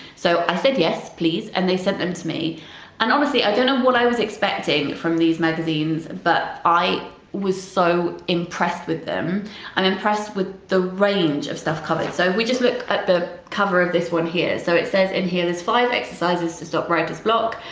so i said yes please and they sent them to me and honestly i don't know what i was expecting from these magazines but i was so impressed with them i'm and impressed with the range of stuff, and so if we just look at the cover of this one here so it says in here there's five exercises to stop writer's block,